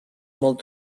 molt